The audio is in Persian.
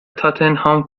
تاتنهام